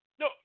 No